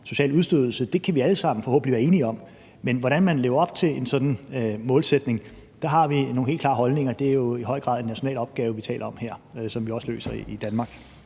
social udstødelse, kan vi alle sammen forhåbentlig være enige om, men vedrørende hvordan man lever op til sådan en målsætning, har vi nogle helt klare holdninger, og det er jo i høj grad en national opgave, vi taler om her, som vi også løser i Danmark.